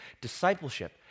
discipleship